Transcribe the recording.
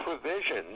provision